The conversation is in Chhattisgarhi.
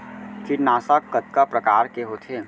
कीटनाशक कतका प्रकार के होथे?